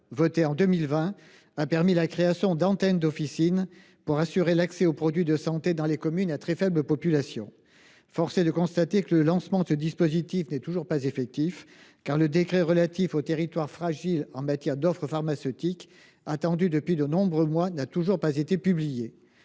votée en 2020, a prévu la création d’antennes d’officines pour assurer l’accès aux produits de santé dans les communes à très faible population. Force est de constater que le lancement de ce dispositif n’est toujours pas effectif, car le décret relatif aux territoires fragiles en matière d’offre pharmaceutique, attendu depuis de nombreux mois, n’a toujours pas été publié.